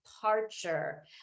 departure